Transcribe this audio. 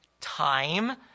time